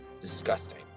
disgusting